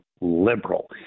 liberal